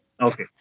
Okay